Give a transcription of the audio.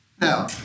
Now